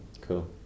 Cool